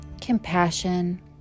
compassion